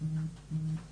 קליטה ונחזור אלייך.